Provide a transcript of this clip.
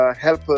help